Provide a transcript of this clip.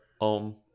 om